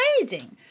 amazing